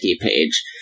page